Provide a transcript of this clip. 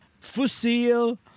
fusil